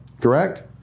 correct